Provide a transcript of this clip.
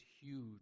huge